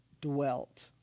dwelt